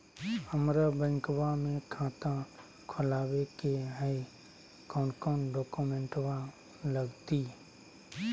हमरा बैंकवा मे खाता खोलाबे के हई कौन कौन डॉक्यूमेंटवा लगती?